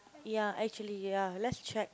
ya actually ya let's check